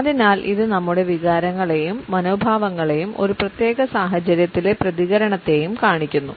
അതിനാൽ ഇത് നമ്മുടെ വികാരങ്ങളെയും മനോഭാവങ്ങളെയും ഒരു പ്രത്യേക സാഹചര്യത്തിലെ പ്രതികരണത്തെയും കാണിക്കുന്നു